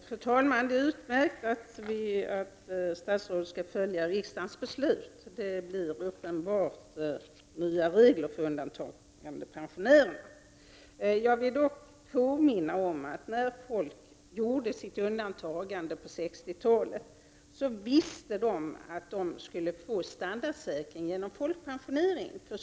Fru talman! Det är utmärkt att statsrådet har för avsikt att följa riksdagens beslut. Det blir uppenbart nya regler för undantagandepensionärerna. Jag vill dock påminna om att när man under 60-talet gjorde sitt undantagande, hade man utlovats en standardsäkring genom folkpensioneringen.